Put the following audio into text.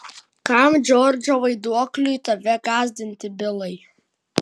kam džordžo vaiduokliui tave gąsdinti bilai